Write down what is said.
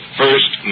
first